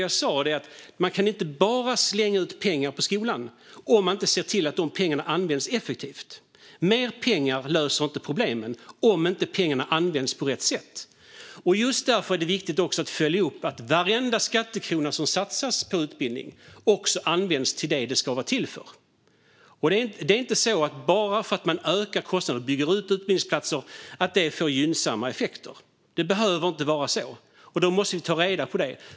Jag sa att man inte bara kan slänga ut pengar på skolan om man inte ser till att pengarna används effektivt. Mer pengar löser inte problemen om pengarna inte används på rätt sätt. Just därför är det viktigt att följa upp att varenda skattekrona som satsas på utbildning också används till det de ska vara till för. Bara för att man ökar kostnaderna och bygger ut antalet utbildningsplatser innebär det inte att det får gynnsamma effekter. Det behöver inte vara så, och därför måste vi ta reda på det.